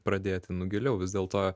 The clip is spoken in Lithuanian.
pradėti nu giliau vis dėlto